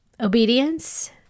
obedience